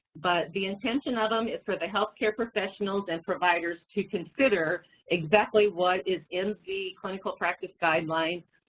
but the intention of them is for the healthcare professionals and providers to consider exactly what is in the clinical practice guidelines,